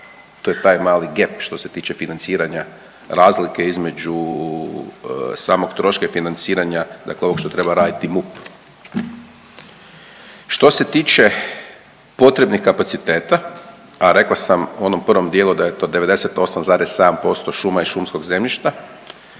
to je taj mali gaap što se tiče financiranja, razlike između samog troška i financiranja dakle ovog što treba raditi MUP. Što se tiče potrebnih kapaciteta, a rekao sam u onom prvom dijelu da je to 98,7% šuma i šumskog zemljišta